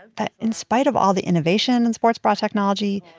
that in spite of all the innovation in sports bra technology,